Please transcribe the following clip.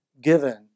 given